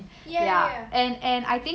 ya ya